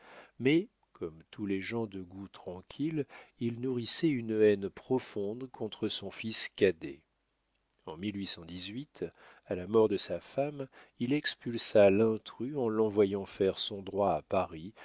mais comme tous les gens de goûts tranquilles il nourrissait une haine profonde contre son fils cadet en à la mort de sa femme il expulsa l'intrus en l'envoyant faire son droit à paris